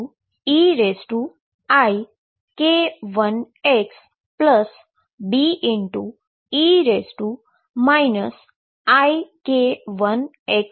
જે Aeik1xBe ik1x છે